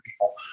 people